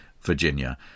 Virginia